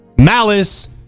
malice